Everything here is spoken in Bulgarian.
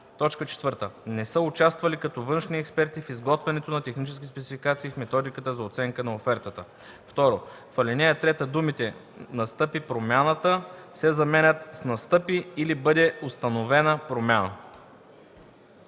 т. 4: „4. не са участвали като външни експерти в изготвянето на технически спецификации в методиката за оценка на офертата.” 2. В ал. 3 думите „настъпи промяната” се заменят с „настъпи или бъде установена промяна”.”